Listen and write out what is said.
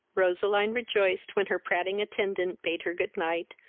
roseline rejoiced when her prating attendant bade her good night,